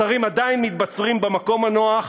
השרים עדיין מתבצרים במקום הנוח,